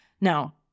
Now